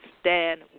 Stand